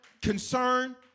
Concern